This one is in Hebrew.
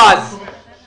איזה החלטות